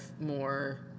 more